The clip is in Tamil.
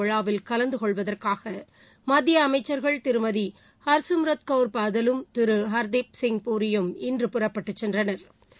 விழாவில் கலந்து கொள்வதற்காக மத்திய அமைச்சர்கள் திருமதி ஹர்சிம்ரத் கவர் பாதலும் திரு ஹர்தீப் சிங் பூரியும் இன்று புறப்பட்டுச் சென்றனா்